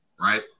right